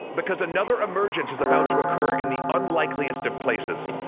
because another emergence is about to occur in the unlikeliest of places.